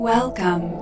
Welcome